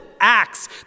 acts